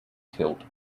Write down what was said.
tilt